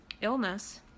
illness